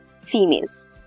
females